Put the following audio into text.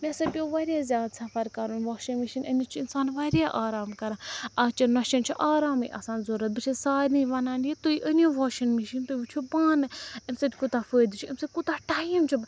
مےٚ ہَسا پیٛو واریاہ زیادٕ سفر کَرُن واشِنٛگ مِشیٖن اَمہِ نَش چھُ اِنسان واریاہ آرام کَران آز چیٚن نۄشَن چھُ آرامٕے آسان ضروٗرت بہٕ چھیٚس سارنٕے وَنان یہِ تُہۍ أنِو واشِنٛگ مِشیٖن تُہۍ وُچھِو پانہٕ اَمہِ سۭتۍ کوٗتاہ فٲیدٕ چھُ اَمہِ سۭتۍ کوٗتاہ ٹایم چھُ